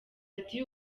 ati